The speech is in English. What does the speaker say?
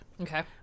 Okay